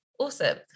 awesome